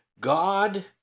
God